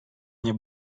nie